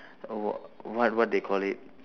uh what what they call it